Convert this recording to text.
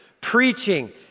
Preaching